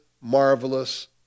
marvelous